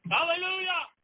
Hallelujah